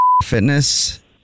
fitness